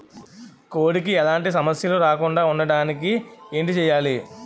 కోడి కి ఎలాంటి సమస్యలు రాకుండ ఉండడానికి ఏంటి చెయాలి?